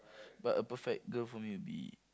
but a perfect girl for me would be